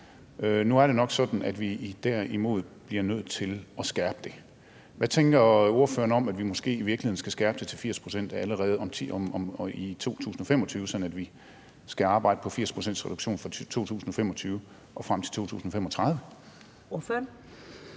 Nu er det nok sådan, at vi derimod bliver nødt til at skærpe det. Hvad tænker ordføreren om, at vi måske i virkeligheden skal skærpe det til 80 pct. allerede i 2025, sådan at vi skal arbejde på 80 pct.s reduktion fra 2025 og frem til 2035?